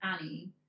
Annie